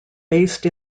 based